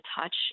touch